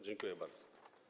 Dziękuję bardzo.